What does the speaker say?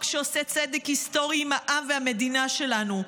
שעושה צדק היסטורי עם העם והמדינה שלנו.